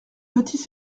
petits